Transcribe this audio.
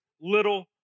little